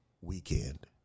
weekend